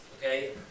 okay